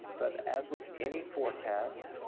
but as with any forecast,